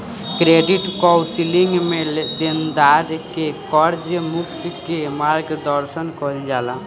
credit counselling में देनदार के कर्ज मुक्त के मार्गदर्शन कईल जाला